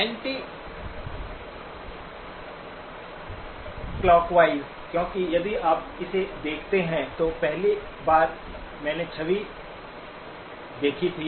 anticlockwise क्योंकि यदि आप इसे देखते हैं तो पहली बार मैंने छवि देखी थी